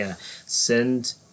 send